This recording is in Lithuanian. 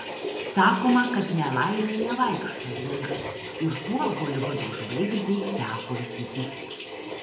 sakoma kad nelaimė nevaikšto viena ir tuo holivudo žvaigždei teko įsitikinti